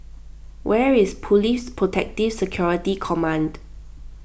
where is Police Protective Security Command